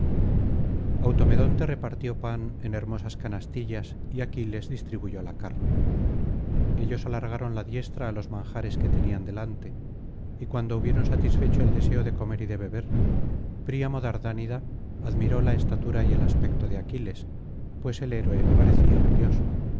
automedonte repartió pan en hermosas canastillas y aquiles distribuyó la carne ellos alargaron la diestra á los manjares que tenían delante y cuando hubieron satisfecho el deseo de comer y de beber príamo dardánida admiró la estatura y el aspecto de aquiles pues el héroe parecía un dios